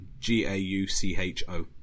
G-A-U-C-H-O